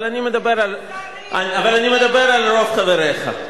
אבל אני מדבר על רוב חבריך.